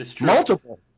multiple